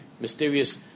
mysterious